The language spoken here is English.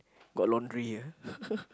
got laundry ah